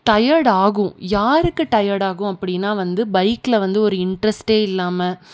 tired ஆகும் யாருக்கு tired ஆகும் அப்படின்னா வந்து பைக்கில் வந்து ஒரு இன்ட்ரெஸ்ட்டே இல்லாமல்